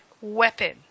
weapon